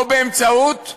או באמצעות,